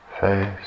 Face